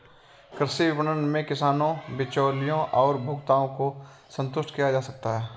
कृषि विपणन में किसानों, बिचौलियों और उपभोक्ताओं को संतुष्ट किया जा सकता है